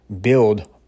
build